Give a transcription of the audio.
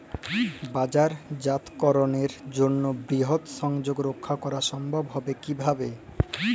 বাজারজাতকরণের জন্য বৃহৎ সংযোগ রক্ষা করা সম্ভব হবে কিভাবে?